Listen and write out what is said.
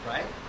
Right